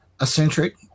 eccentric